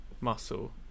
muscle